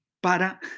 para